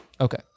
Okay